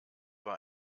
war